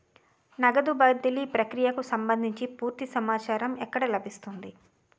నగదు బదిలీ ప్రక్రియకు సంభందించి పూర్తి సమాచారం ఎక్కడ లభిస్తుంది?